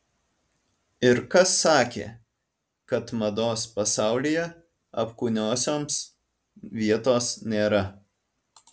ir kas sakė kad mados pasaulyje apkūniosioms vietos nėra